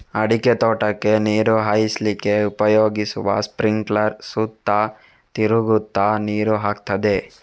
ಅಡಿಕೆ ತೋಟಕ್ಕೆ ನೀರು ಹಾಯಿಸ್ಲಿಕ್ಕೆ ಉಪಯೋಗಿಸುವ ಸ್ಪಿಂಕ್ಲರ್ ಸುತ್ತ ತಿರುಗ್ತಾ ನೀರು ಹಾಕ್ತದೆ